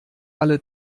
alle